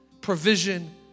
provision